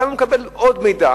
כאן הוא מקבל עוד מידע